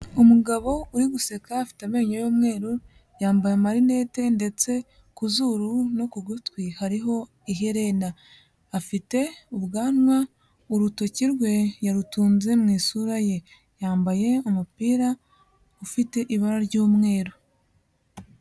Umugabo uri guseka afite amenyo y'umweru, yambaye amarinete ndetse ku zuru no ku gutwi hariho iherena, afite ubwanwa, urutoki rwe yarutunze mu isura ye, yambaye umupira ufite ibara ry'umweru.